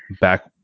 back